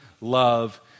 love